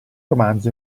romanzo